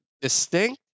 distinct